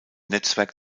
netzwerk